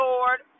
Lord